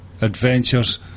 adventures